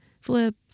Flip